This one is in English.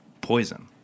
poison